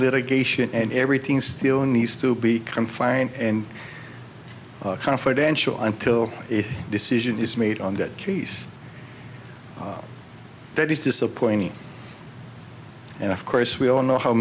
litigation and everything still in these to be confined and confidential until it decision is made on that case that is disappointing and of course we all know how